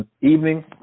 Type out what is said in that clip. evening